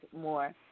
more